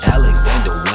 Alexander